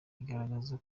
igaragaza